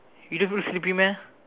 you don't feel sleepy meh